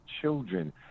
children